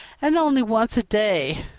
and only once a day